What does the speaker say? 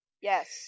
yes